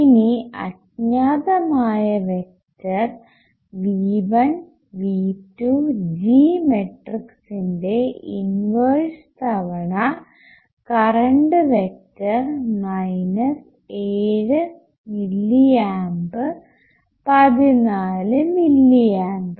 ഇനി അജ്ഞാതമായ vector V1 V2 G മെട്രിക്ക്സിന്റെ ഇൻവെർസ് തവണ current vector minus 7 milliamp 14 milli amp